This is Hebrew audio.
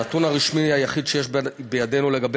הנתון הרשמי היחיד שיש בידנו לגבי